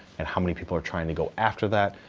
and how many people are trying to go after that,